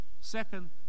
Second